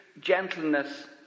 gentleness